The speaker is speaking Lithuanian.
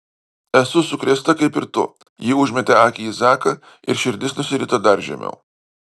esu sukrėsta kaip ir tu ji užmetė akį į zaką ir širdis nusirito dar žemiau